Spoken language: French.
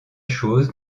choses